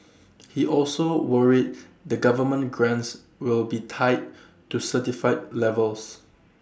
he also worried that government grants will be tied to certify levels